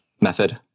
method